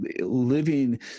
living